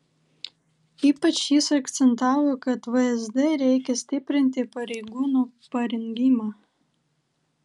ypač jis akcentavo kad vsd reikia stiprinti pareigūnų parengimą